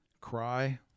cry